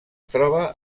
troba